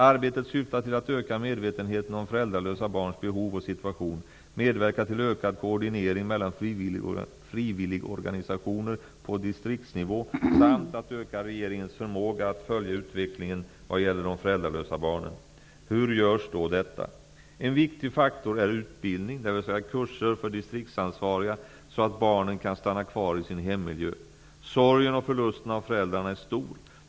Arbetet syftar till att öka medvetenheten om föräldralösa barns behov och situation, medverka till ökad koordinering mellan frivilligorganisationer på distriktsnivå samt att öka regeringens förmåga att följa utvecklingen vad gäller de föräldralösa barnen. Hur görs då detta? En viktig faktor är utbildning, dvs. kurser för distriktsansvariga så att barnen kan stanna kvar i sin hemmiljö. Sorgen och förlusten av föräldrarna är stor.